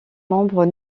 membres